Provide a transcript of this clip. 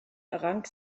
errang